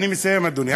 אני מסיים, אדוני.